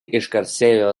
išgarsėjo